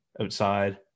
outside